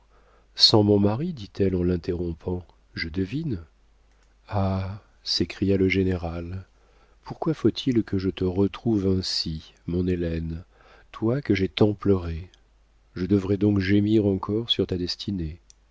sans mon mari dit-elle en l'interrompant je devine ah s'écria le général pourquoi faut-il que je te retrouve ainsi mon hélène toi que j'ai tant pleurée je devrai donc gémir encore sur ta destinée